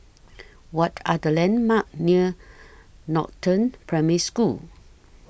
What Are The landmarks near Northern Primary School